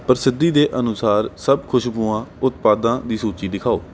ਪ੍ਰਸਿੱਧੀ ਦੇ ਅਨੁਸਾਰ ਸਭ ਖੁਸ਼ਬੂਆਂ ਉਤਪਾਦਾਂ ਦੀ ਸੂਚੀ ਦਿਖਾਓ